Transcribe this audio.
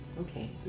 Okay